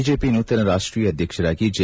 BJP ನೂತನ ರಾಷ್ಷೀಯ ಅಧ್ಯಕ್ಷರಾಗಿ ಜೆ